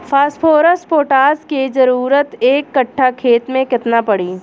Phosphorus potash के जरूरत एक कट्ठा खेत मे केतना पड़ी?